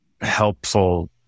helpful